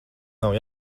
nav